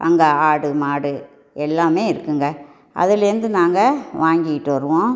அங்கே ஆடு மாடு எல்லாமே இருக்குதுங்க அதில் இருந்து நாங்கள் வாங்கிட்டு வருவோம்